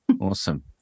Awesome